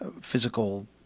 physical